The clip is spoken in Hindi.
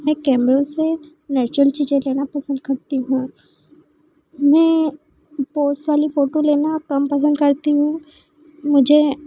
मैं केमरे से नेचुरल चीज लेना पसंद करती हूँ मैं पोस वाली फोटो लेना कम पसंद करती हूँ मुझे